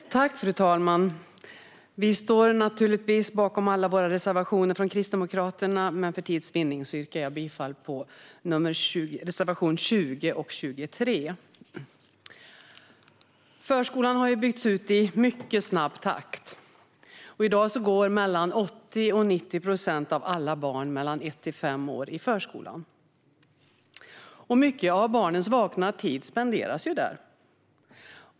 Fru talman! Kristdemokraterna står naturligtvis bakom alla sina reservationer, men för tids vinnande yrkar jag bifall endast till reservationerna 20 och 23. Förskolan har byggts ut i mycket snabb takt. I dag går mellan 80 och 90 procent av alla barn mellan ett och fem år i förskolan. En stor del av barnens vakna tid spenderas där.